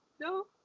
No